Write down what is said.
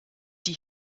die